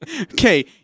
Okay